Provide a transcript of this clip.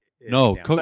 no